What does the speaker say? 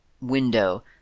window